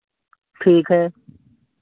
ठीक है